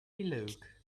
look